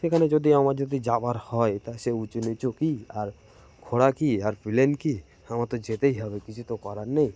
সেখানে যদি আমার যদি যাওয়ার হয় তা সে উঁচু নিচু কী আর ঘোড়া কী আর প্লেন কী আমার তো যেতেই হবে কিছু তো করার নেই